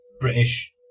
British